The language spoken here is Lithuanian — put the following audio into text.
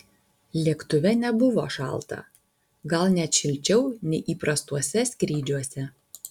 lėktuve nebuvo šalta gal net šilčiau nei įprastuose skrydžiuose